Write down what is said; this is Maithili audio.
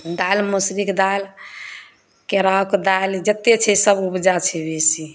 दालि मौसरीके दालि केराउके दालि जते छै सभ उपजा छै बेसी